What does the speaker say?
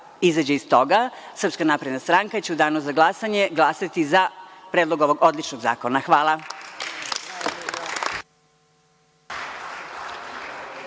izađe iz toga. Srpska napredna stranka će u Danu za glasanje glasati za predlog ovog odličnog zakona. Hvala.